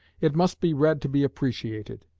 it must be read to be appreciated.